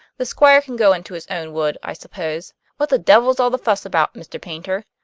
the squire can go into his own wood, i suppose! what the devil's all the fuss about, mr. paynter?